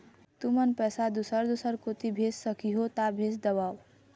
तुमन पैसा दूसर दूसर कोती भेज सखीहो ता भेज देवव?